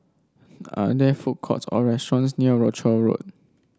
are there food courts or restaurants near Rochor Road